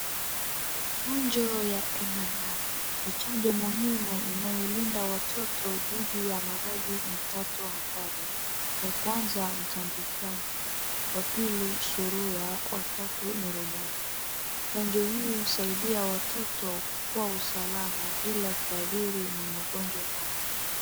Chanjo ya MMR, ni chanjo muhimu inayolinda watoto dhidi ya maradhi mitatu hatari, ya kwanza mtambwitambwi, wa pili surua, wa tatu ni rubella. Chanjo hii husaidia watoto wawe salama bila kuadhiri na magonjwa haya.